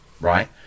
right